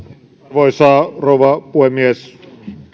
arvoisa rouva puhemies